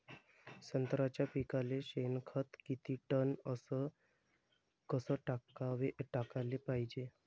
संत्र्याच्या पिकाले शेनखत किती टन अस कस टाकाले पायजे?